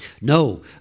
No